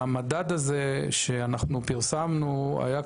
המדד שפרסמנו היה,